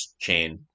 chain